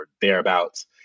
thereabouts